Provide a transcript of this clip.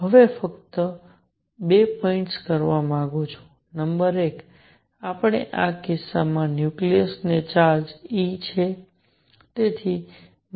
હવે હું ફક્ત 2 પોઇન્ટસ કરવા માંગુ છું નંબર 1 આપણે આ કિસ્સામાં ન્યુક્લિયસને ચાર્જ e છે